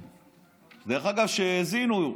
שהאזינו,